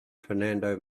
fernando